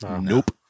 Nope